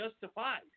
justified